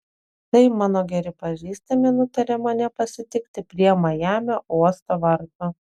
tai mano geri pažįstami nutarė mane pasitikti prie majamio uosto vartų